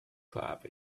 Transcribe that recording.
club